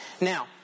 Now